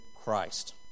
Christ